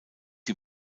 die